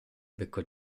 becco